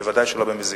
ודאי שלא במזיד.